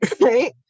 right